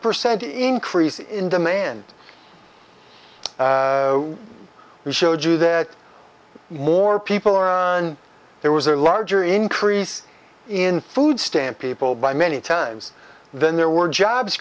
percent increase in demand we showed you that more people are on there was a larger increase in food stamp people by many times than there were jobs